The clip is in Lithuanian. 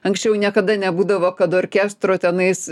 anksčiau niekada nebūdavo kad orkestro tenais